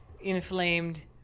inflamed